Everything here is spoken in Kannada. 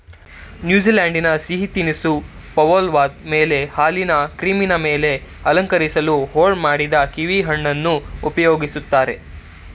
ನ್ಯೂಜಿಲೆಂಡಿನ ಸಿಹಿ ತಿನಿಸು ಪವ್ಲೋವದ ಮೇಲೆ ಹಾಲಿನ ಕ್ರೀಮಿನ ಮೇಲೆ ಅಲಂಕರಿಸಲು ಹೋಳು ಮಾಡಿದ ಕೀವಿಹಣ್ಣನ್ನು ಉಪಯೋಗಿಸ್ತಾರೆ